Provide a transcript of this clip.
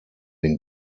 den